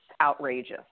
outrageous